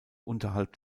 unterhalb